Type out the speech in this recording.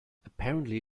apparently